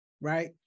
right